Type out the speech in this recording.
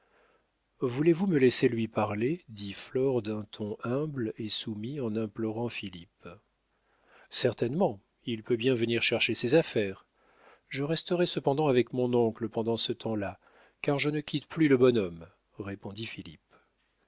voulez-vous me laisser lui parler dit flore d'un ton humble et soumis en implorant philippe certainement il peut bien venir chercher ses affaires je resterai cependant avec mon oncle pendant ce temps-là car je ne quitte plus le bonhomme répondit philippe